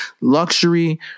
luxury